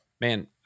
Man